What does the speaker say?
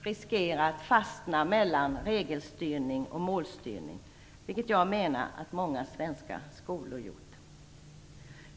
riskerar att fastna mellan regelstyrning och målstyrning, vilket jag menar att många svenska skolor har gjort.